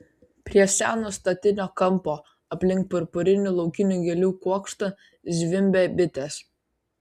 prie seno statinio kampo aplink purpurinių laukinių gėlių kuokštą zvimbė bitės